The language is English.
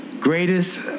greatest